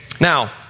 Now